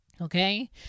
Okay